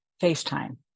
FaceTime